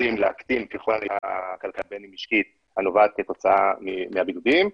שרוצים להקטין --- הנובעת כתוצאה מהבידודים,